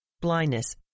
blindness